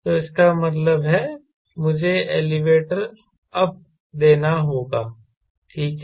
तो इसका मतलब है मुझे एलीवेटर अप देना होगा ठीक है